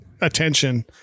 attention